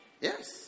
Yes